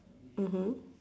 mmhmm